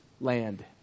land